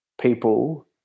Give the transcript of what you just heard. people